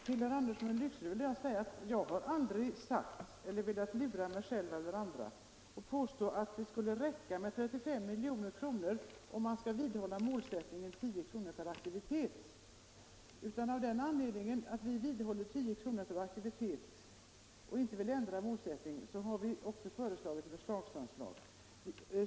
Herr talman! Jag har aldrig sagt, herr Andersson i Lycksele, och jag har inte velat lura mig själv eller andra genom att påstå, att det skulle räcka med 35 miljoner, om man vidhåller målsättningen 10 kr. per sammankomst. Och eftersom vi inte vill ändra på den målsättningen har vi förordat ett förslagsanslag.